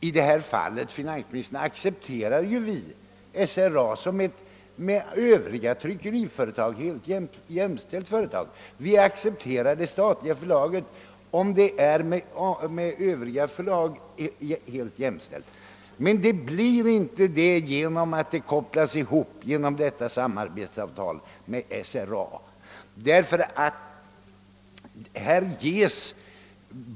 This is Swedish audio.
I detta fall accepterar vi SRA som ett med övriga tryckeriföretag helt jämställt företag och vi accepterar det statliga förlaget om det är jämställt med övriga förlag. Det blir det emellertid inte eftersom det genom detta samarbetsavtal kopplas ihop med SRA.